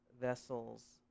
vessels